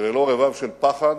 ללא רבב של פחד